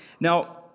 Now